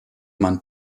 man